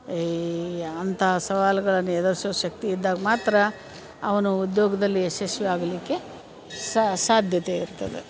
ಈ ಅಂತಹ ಸವಾಲ್ಗಳನ್ನು ಎದುರ್ಸುವ ಶಕ್ತಿ ಇದ್ದಾಗ ಮಾತ್ರ ಅವನು ಉದ್ಯೋಗದಲ್ಲಿ ಯಶಸ್ವಿ ಆಗಲಿಕ್ಕೆ ಸಾಧ್ಯತೆ ಇರ್ತದೆ